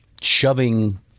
shoving